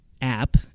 app